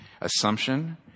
assumption